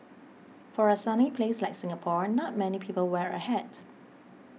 for a sunny place like Singapore not many people wear a hat